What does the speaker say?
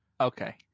Okay